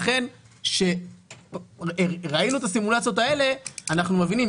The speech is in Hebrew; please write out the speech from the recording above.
לכן כשראינו את הסימולציות האלה אנחנו מבינים,